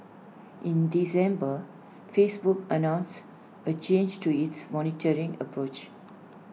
in December Facebook announced A change to its monitoring approach